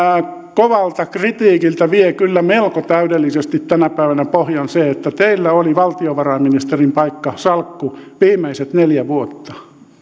kovalta kritiikiltä vie kyllä melko täydellisesti tänä päivänä pohjan se että teillä oli valtiovarainministerin salkku viimeiset neljä vuotta